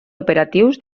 operatius